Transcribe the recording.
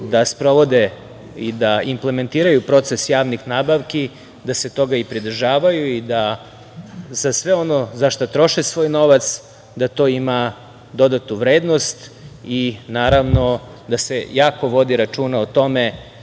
da sprovode i da implementiraju proces javnih nabavki, da se toga i pridržavaju i da za sve ono za šta troše svoj novac, da to ima dodatu vrednost i, naravno, da se jako vodi računa o tome